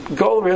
goal